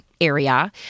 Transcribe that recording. area